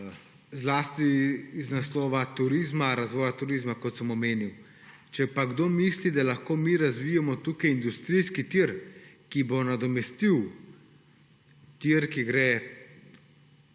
zlasti iz naslova razvoja turizma, kot sem omenil. Če pa kdo misli, da lahko mi razvijemo tukaj industrijski tir, ki bo nadomestil tir, ki gre